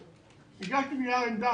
הגשתי נייר עמדה.